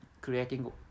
creating